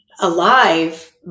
alive